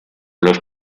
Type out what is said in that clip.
los